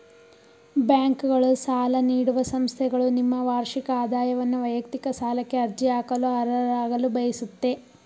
ಬ್ಯಾಂಕ್ಗಳು ಸಾಲ ನೀಡುವ ಸಂಸ್ಥೆಗಳು ನಿಮ್ಮ ವಾರ್ಷಿಕ ಆದಾಯವನ್ನು ವೈಯಕ್ತಿಕ ಸಾಲಕ್ಕೆ ಅರ್ಜಿ ಹಾಕಲು ಅರ್ಹರಾಗಲು ಬಯಸುತ್ತೆ